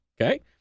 Okay